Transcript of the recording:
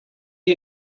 you